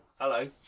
Hello